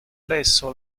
presso